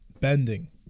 bending